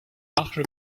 large